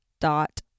dot